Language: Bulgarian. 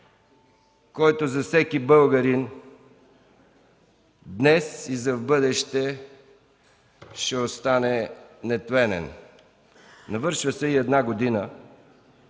който за всеки българин днес и за в бъдеще ще остане нетленен. Навършва се и една година